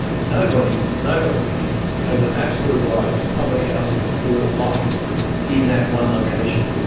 nobody, nobody has an absolute right to public housing for life in that one location.